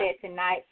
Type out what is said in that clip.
tonight